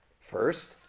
First